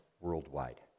worldwide